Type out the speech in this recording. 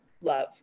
love